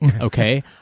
Okay